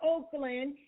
Oakland